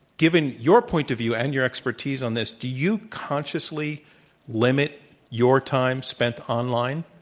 given your point of view and your expertise on this, do you consciously limit your time spent online?